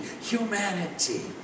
humanity